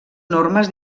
normes